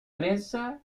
presa